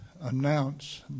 announce